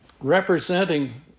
representing